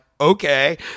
Okay